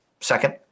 second